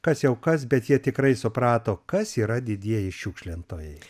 kas jau kas bet jie tikrai suprato kas yra didieji šiukšlintojai